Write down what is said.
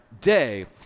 day